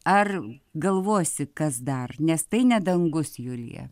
ar galvosi kas dar nes tai ne dangus julija